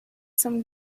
some